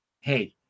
hey